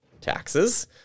taxes